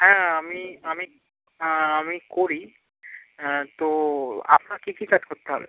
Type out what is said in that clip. হ্যাঁ আমি আমি আমি করি তো আপনার কী কী কাজ করতে হবে